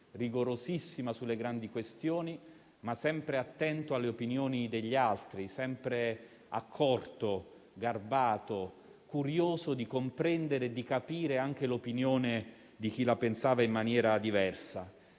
rigorosissima sulle grandi questioni, ma sempre attenta alle opinioni degli altri, sempre accorta, garbata, curiosa di comprendere e di capire anche l'opinione di chi la pensava in maniera diversa.